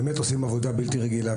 באמת עושים עבודה בלתי רגילה.